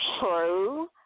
True